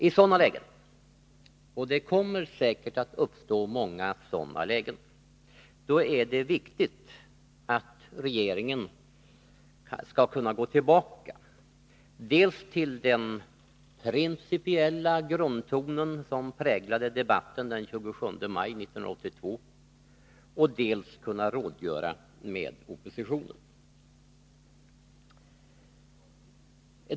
I sådana lägen — och det kommer säkert att uppstå många sådana lägen — är det viktigt att regeringen dels skall kunna gå tillbaka till den principiella grundton som präglade debatten den 27 maj 1982, dels skall kunna rådgöra med oppositionen.